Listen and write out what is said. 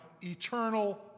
eternal